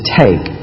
take